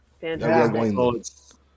Fantastic